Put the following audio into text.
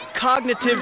cognitive